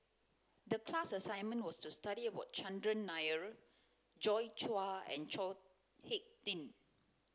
the class assignment was to study about Chandran Nair Joi Chua and Chao Hick Tin